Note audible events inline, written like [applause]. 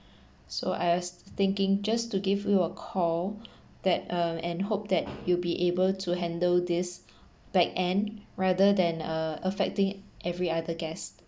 so I was thinking just to give you a call [breath] that um and hope that you'll be able to handle this backend rather than uh affecting every other guest